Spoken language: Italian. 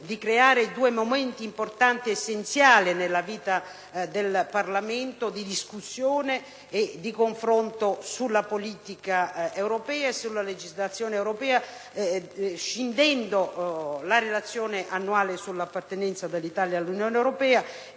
due momenti importanti, essenziali nella vita del Parlamento, di discussione e confronto sulla politica e sulla legislazione europea, scindendo la Relazione annuale sull'appartenenza dell'Italia all'Unione europea